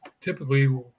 typically